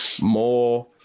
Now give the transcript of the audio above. more